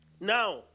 Now